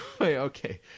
Okay